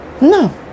No